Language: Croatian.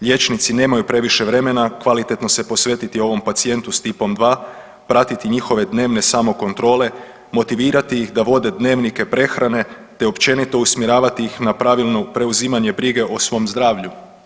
Liječnici nemaju previše vremena kvalitetno se posvetiti ovom pacijentu s Tipom 2, pratite njihove dnevne samokontrole, motivirati ih da vode dnevnike prehrane te općenito usmjeravati ih na pravilno preuzimanje brige o svom zdravlju.